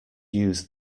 use